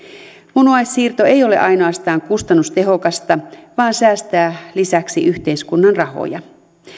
munuaissiirto ei ole ainoastaan kustannustehokasta vaan säästää lisäksi yhteiskunnan rahoja